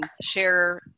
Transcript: share